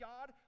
God